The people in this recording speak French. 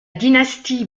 dynastie